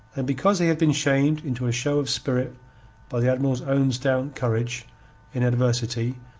and because he had been shamed into a show of spirit by the admiral's own stout courage in adversity,